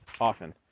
often